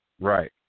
right